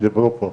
שדוברו פה.